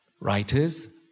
Writers